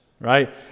right